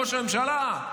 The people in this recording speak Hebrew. ראש הממשלה,